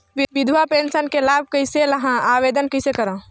विधवा पेंशन के लाभ कइसे लहां? आवेदन कइसे करव?